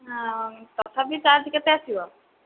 ତଥାପି ଚାର୍ଜ୍ କେତେ ଆସିବ